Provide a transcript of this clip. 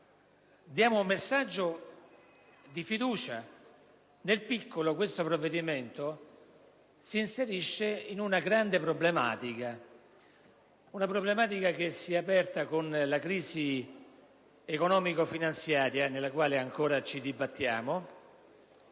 Diamo un messaggio di fiducia. Nel piccolo questo provvedimento si inserisce all'interno di una grande problematica, quella che si è aperta con la crisi economico-finanziaria nella quale ancora ci dibattiamo